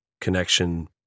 connection